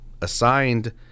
assigned